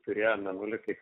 turėjo mėnulį kaip